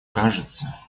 кажется